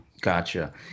Gotcha